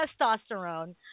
testosterone